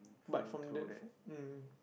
but from the mm